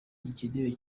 gikenewe